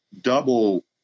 double